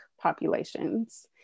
populations